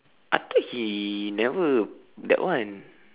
I thought he never that one